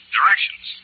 Directions